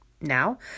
now